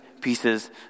pieces